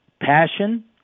passion